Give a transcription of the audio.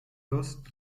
lust